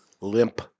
Limp